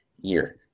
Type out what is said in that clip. year